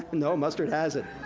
no, mustard has it.